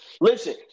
Listen